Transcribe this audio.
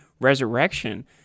Resurrection